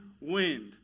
wind